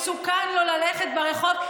מסוכן לו ללכת ברחוב,